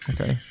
Okay